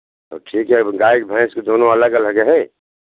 तो ठीक है अब गाय के भैंस के दोनों अलग अलग है